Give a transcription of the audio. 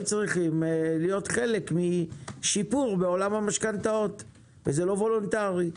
הם צריכים להיות חלק משיפור בעולם המשכנתאות וזה לא וולונטרי.